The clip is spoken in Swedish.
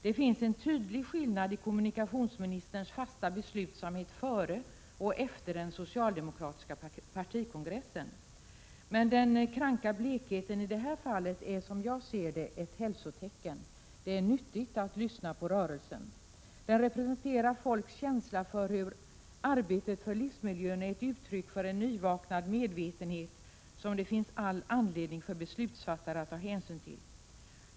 Det finns en tydlig skillnad i kommunikationsministerns fasta beslutsamhet före och efter den socialdemokratiska partikongressen. Men den kranka blekheten i det här fallet är, som jag ser det, ett hälsotecken. Det är nyttigt att lyssna på rörelsen. Den representerar folks känsla för hur arbetet för livsmiljön är ett uttryck för en nyvaknad medvetenhet som det finns all anledning för beslutsfattare att ta hänsyn till.